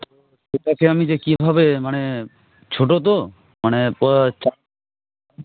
তো সেটাকে আমি যে কীভাবে মানে ছোটো তো মানে